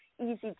easy